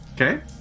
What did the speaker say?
okay